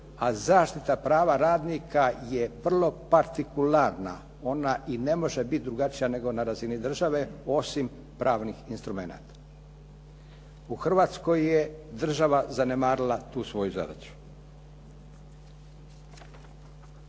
a zaštita prava radnika je vrlo partikularna. Ona i ne može biti drugačija, nego na razini države osim pravnih instrumenata. U Hrvatskoj je država zanemarila tu svoju zadaću.